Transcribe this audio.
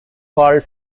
called